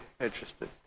interested